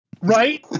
Right